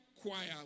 choir